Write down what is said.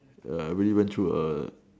err really went through a